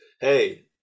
Hey